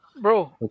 Bro